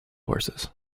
horses